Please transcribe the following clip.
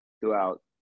throughout